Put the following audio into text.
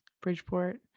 Bridgeport